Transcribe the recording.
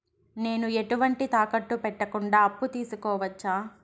నేను ఎటువంటి తాకట్టు పెట్టకుండా అప్పు తీసుకోవచ్చా?